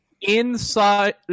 Inside